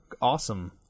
Awesome